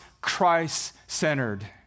Christ-centered